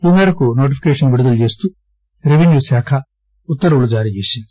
ఈ మేరకు నోటిఫికేషన్ ను విడుదల చేస్తూ రెవిన్యూశాఖ ఉత్తర్వులు జారీ చేసింది